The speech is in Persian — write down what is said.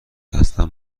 اصلا